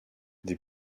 des